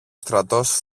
στρατός